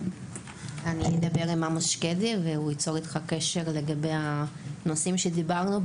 אני אדבר עם עמוס שקדי והוא ייצור איתך קשר לגבי הנושאים שדיברנו,